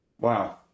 wow